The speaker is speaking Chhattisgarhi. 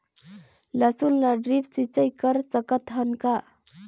लसुन ल ड्रिप सिंचाई कर सकत हन का?